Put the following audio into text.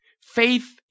Faith